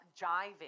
jiving